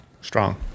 Strong